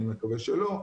אני מקווה שלא,